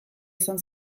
izan